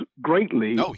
greatly